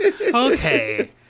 okay